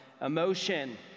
emotion